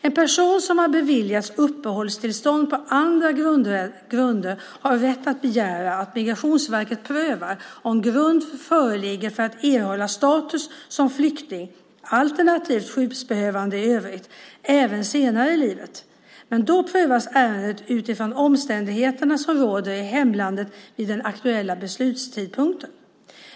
En person som har beviljats uppehållstillstånd på andra grunder har rätt att begära att Migrationsverket prövar om grund föreligger för att erhålla status som flykting alternativt skyddsbehövande i övrigt även senare i livet, men då prövas ärendet utifrån omständigheterna som råder i hemlandet vid den aktuella beslutstidpunkten.